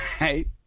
Right